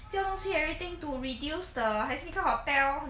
交东西 everything to reduce the 还是你看 hotel